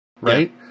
right